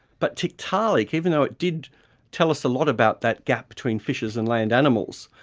but tiktaalik, even though it did tell us a lot about that gap between fishes and land animals,